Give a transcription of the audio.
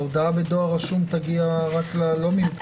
ההודעה בדואר רשום תגיע רק למי שלא מיוצג.